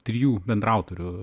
trijų bendraautorių